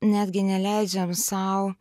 netgi neleidžiam sau